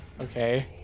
okay